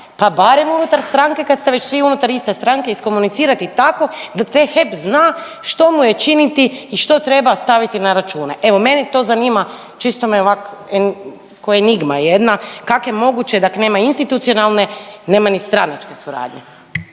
pa barem unutar stranke, kad ste već svi unutar iste stranke, iskomunicirati tako da taj HEP zna što mu je činiti i što treba staviti na račune. Evo, mene to zanima, čisto me ovak, kao enigma jedna, kak je moguće da ak nema institucionalne, nema ni stranačke suradnje?